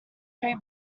three